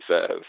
says